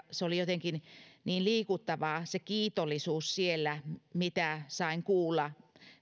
se oli jotenkin niin liikuttavaa siellä se kiitollisuus mitä sain kuulla